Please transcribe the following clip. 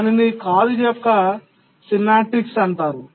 దానిని కాల్ యొక్క సెమాంటిక్స్ అంటారు